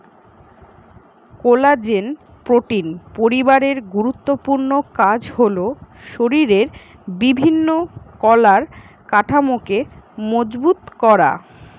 collagen protein পরিবারের গুরুত্বপূর্ণ কাজ হল শরিরের বিভিন্ন কলার কাঠামোকে মজবুত করা